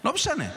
לא משנה.